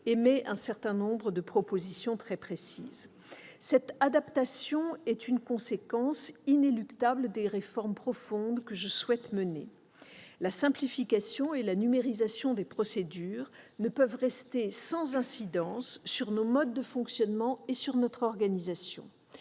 un certain nombre de propositions très précises à cet égard. Cette adaptation est une conséquence inéluctable des réformes profondes que je souhaite mener. La simplification et la numérisation des procédures ne peuvent rester sans incidence sur nos modes de fonctionnement et sur notre organisation.